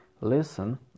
listen